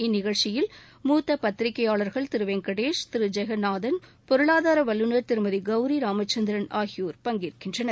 இந்நிகழ்ச்சியில் மூத்த பத்திரிகையாளர்கள் திரு வெங்கடேஷ் திரு ஜெகந்நாதன் பொருளாதார வல்லுநர் திருமதி கௌரி ராமச்சந்திரன் ஆகியோர் பங்கேற்கின்றனர்